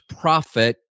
profit